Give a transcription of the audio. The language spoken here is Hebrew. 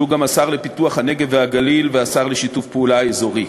שהוא גם השר לפיתוח הנגב והגליל והשר לשיתוף פעולה אזורי.